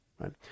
right